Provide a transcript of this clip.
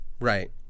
Right